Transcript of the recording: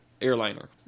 airliner